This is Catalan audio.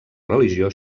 religió